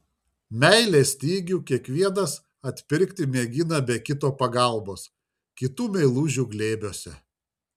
meilės stygių kiekvienas atpirkti mėgina be kito pagalbos kitų meilužių glėbiuose